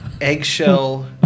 eggshell